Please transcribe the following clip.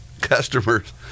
Customers